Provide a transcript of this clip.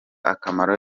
akamaro